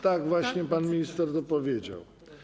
Tak, właśnie pan minister to powiedział.